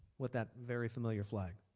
with that very familiar flag.